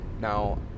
now